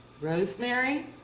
rosemary